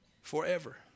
Forever